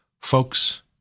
folks